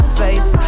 face